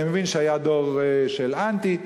אני מבין שהיה דור של אנטי,